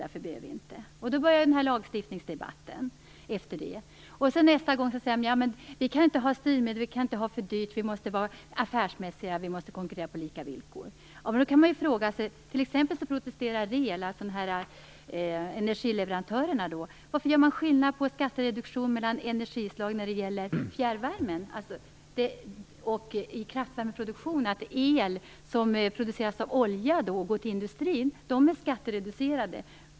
Efter detta började lagstiftningsdebatten. Nästa gång sade han: Vi kan inte ha styrmedel, det får inte vara för dyrt och vi måste vara affärsmässiga och konkurrera på lika villkor. REL, energileverantörerna, protesterade och undrade varför man gör skillnad på skattereduktion mellan energislag när det gäller fjärrvärme i kraftvärmeproduktionen? El som produceras av olja och går till industrin är skattereducerad.